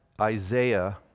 Isaiah